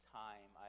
time